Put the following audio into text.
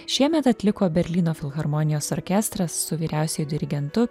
šiemet atliko berlyno filharmonijos orkestras su vyriausiuoju dirigentu